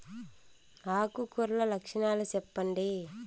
ఆకు కర్ల లక్షణాలు సెప్పండి